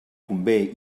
convé